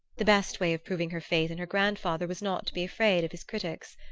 the best way of proving her faith in her grandfather was not to be afraid of his critics.